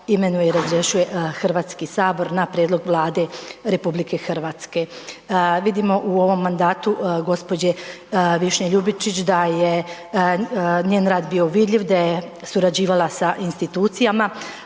imenuje i razrješuje HS na prijedlog Vlade RH. Vidimo u ovom mandatu gđe. Višnje Ljubičić da je njen rad bio vidljiv, da je surađivala sa institucijama,